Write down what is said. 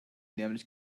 nämlich